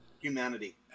Humanity